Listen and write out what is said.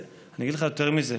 אני אגיד לך יותר מזה,